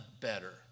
better